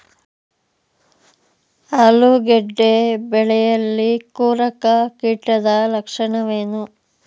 ಆಲೂಗೆಡ್ಡೆ ಬೆಳೆಯಲ್ಲಿ ಕೊರಕ ಕೀಟದ ಲಕ್ಷಣವೇನು?